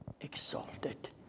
exalted